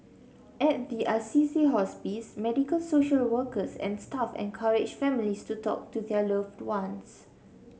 at the Assisi Hospice medical social workers and staff encourage families to talk to their loved ones